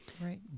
right